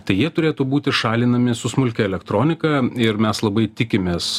tai jie turėtų būti šalinami su smulkia elektronika ir mes labai tikimės